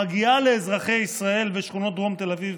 מגיעה לאזרחי ישראל ולשכונות דרום תל אביב